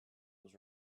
was